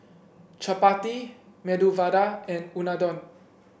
Chapati Medu Vada and Unadon